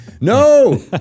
No